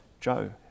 Joe